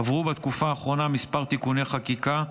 עברו בתקופה האחרונה כמה תיקוני חקיקה,